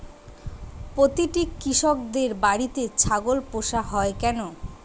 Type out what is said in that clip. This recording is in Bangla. প্রতিটি কৃষকদের বাড়িতে ছাগল পোষা হয় কেন?